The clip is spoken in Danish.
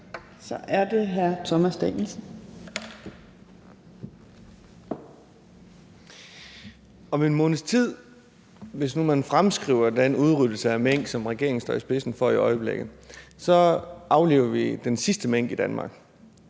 Kl. 20:48 Thomas Danielsen (V): Om en måneds tid, hvis nu man fremskriver den udryddelse af mink, som regeringen står i spidsen for i øjeblikket, så afliver vi den sidste mink i Danmark.